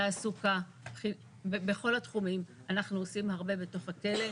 תעסוקה בכל התחומים, אנחנו עושים הרבה בתוך הכלא.